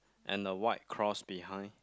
and a white cross behind